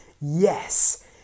yes